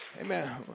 Amen